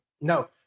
No